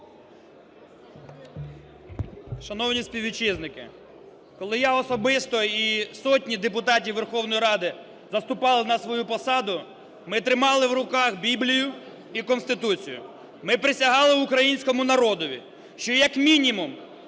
Шановні співвітчизники, коли я особисто і сотні депутатів Верховної Ради заступали на свою посаду, ми тримали в руках Біблію і Конституцію. Ми присягали українському народові, що як мінімум